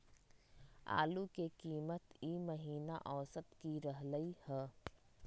आलू के कीमत ई महिना औसत की रहलई ह?